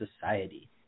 society